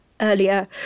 earlier